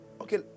okay